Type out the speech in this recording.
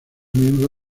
miembro